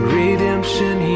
redemption